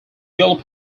yellow